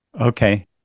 okay